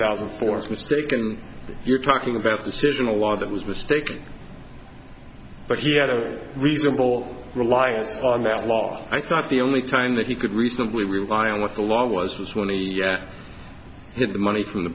thousand forced mistaken you're talking about decision a law that was mistake but he had a reasonable reliance on that law i thought the only time that he could reasonably rely on what the law was was when he had the money from the